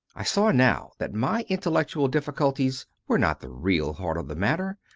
i saw now that my intellectual difficulties were not the real heart of the matter,